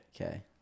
Okay